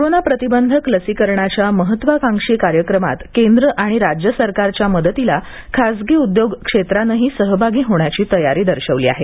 corona प्रतिबंधक लसीकरणाच्या महत्त्वाकांक्षी कार्यक्रमात केंद्र आणि राज्य सरकारच्या मदतीला खासगी उद्योग क्षेत्रानेही सहभागी होण्याची तयारी दर्शवली आहे